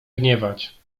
gniewać